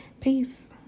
Peace